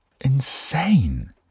insane